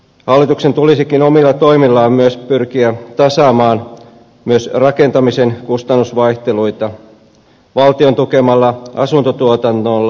hallituksen tulisikin omilla toimillaan myös pyrkiä tasaamaan rakentamisen kustannusvaihteluita valtion tukemalla asuntotuotannolla